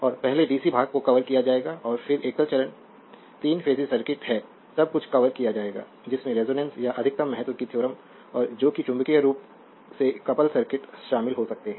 और पहले डीसी भाग को कवर किया जाएगा और फिर एकल चरण तीन फेसेस सर्किट है सब कुछ कवर किया जाएगा जिसमें रेजोनेंस या अधिकतम महत्व की थ्योरम और जो कि चुंबकीय रूप से कपल सर्किट शामिल हो सकते हैं